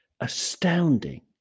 astounding